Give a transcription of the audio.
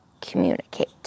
communicate